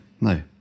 no